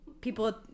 People